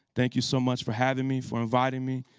thank you so much for having me, for inviting me.